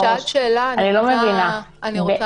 היושב-ראש, אני לא מבינה משהו.